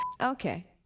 Okay